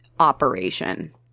operation